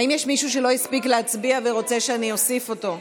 האם יש מישהו שלא הספיק להצביע ורוצה שאני אוסיף אותו?